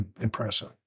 impressive